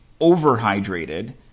overhydrated